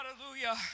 Hallelujah